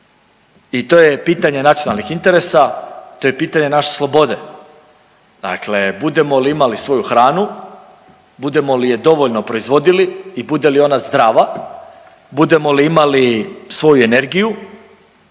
i to je pitanje nacionalnih interesa, to je pitanje naše slobode. Dakle, budemo li imali svoju hranu, budemo li je dovoljno proizvodili i bude li ona zdrava, budemo li imali svoju energiju